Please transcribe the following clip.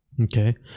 okay